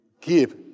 give